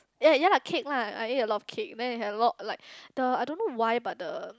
ya ya lah cake lah I ate a lot of cake then it had a lot like the I don't know why but the